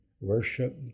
worship